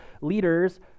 leaders